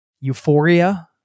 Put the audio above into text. euphoria